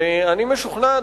ואני משוכנע,